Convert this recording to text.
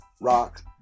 rock